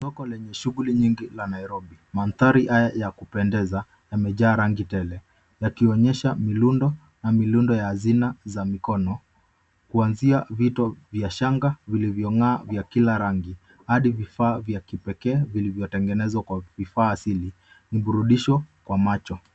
Soko lenye shughuli nyingi la Nairobi, mandhari haya yakupendeza yamejaa rangi tele, yakionyesha miundo na mirundo ya zina za mikono kuanzia vito vya shangaa vilivyo ng'aa vya kila rangi hadi vifaa vya kipekee vilivyotengenezwa kwa vifaa asili, mburudisho wa macho.